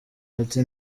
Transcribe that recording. ati